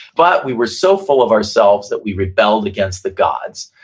but, we were so full of ourselves that we rebelled against the gods.